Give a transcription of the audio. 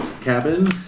cabin